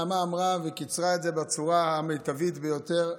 נעמה אמרה וקיצרה את זה בצורה המיטבית ביותר,